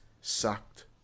sucked